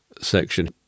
section